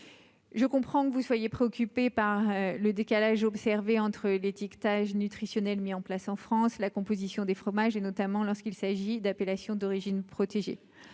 Je comprends que vous soyez, préoccupés par le décalage observé entre l'étiquetage nutritionnel mis en place en France, la composition des fromages et notamment lorsqu'il s'agit d'appellation d'origine protégée,